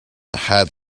had